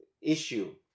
issue